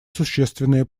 существенные